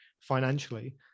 financially